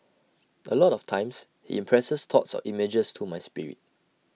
A lot of times he impresses thoughts or images to my spirit